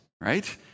right